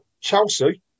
Chelsea